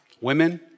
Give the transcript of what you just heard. Women